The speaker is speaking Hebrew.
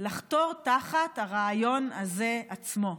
לחתירה תחת הרעיון הזה עצמו.